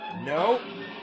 no